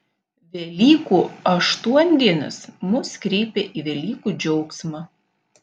velykų aštuondienis mus kreipia į velykų džiaugsmą